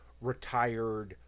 retired